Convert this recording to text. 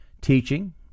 teaching